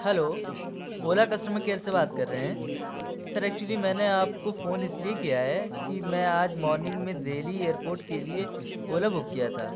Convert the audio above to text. hello Ola customer care سے بات کر رہے ہیں سر ایکچولی میں نے فون آپ کو اِس لیے کیا ہے کہ میں آج مورننگ میں دہلی ایئر پورٹ کے لیے اولا بک کیا تھا